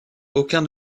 aucun